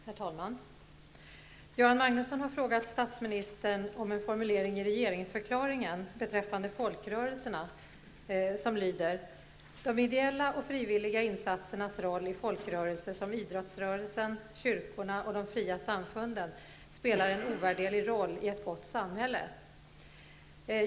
Herr talman! Göran Magnusson har frågat statsministern om följande formulering i regeringsförklaringen beträffande folkrörelser: ''De ideella och frivilliga insatsernas roll i folkrörelser som idrottsrörelsen, kyrkorna och de fria samfunden spelar en ovärderlig roll i ett samhälle''.